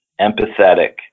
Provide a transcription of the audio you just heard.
empathetic